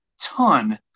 ton